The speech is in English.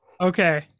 Okay